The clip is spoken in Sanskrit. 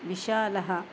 विशालः